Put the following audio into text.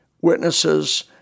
witnesses